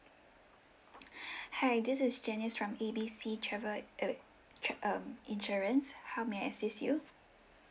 hi this is janice from A B C travel eh wait tr~ um insurance how may I assist you